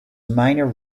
minor